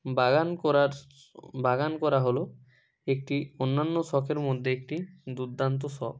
বাগান করার বাগান করা হল একটি অন্যান্য শখের মধ্যে একটি দুর্দান্ত শখ